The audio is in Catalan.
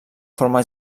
forma